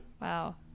Wow